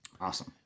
awesome